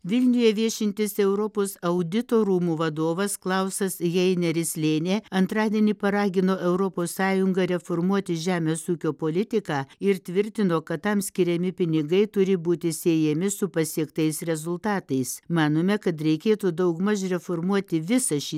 vilniuje viešintis europos audito rūmų vadovas klausas heineris lėnė antradienį paragino europos sąjungą reformuoti žemės ūkio politiką ir tvirtino kad tam skiriami pinigai turi būti siejami su pasiektais rezultatais manome kad reikėtų daugmaž reformuoti visą šį